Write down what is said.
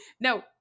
No